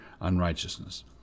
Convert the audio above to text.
unrighteousness